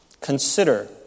consider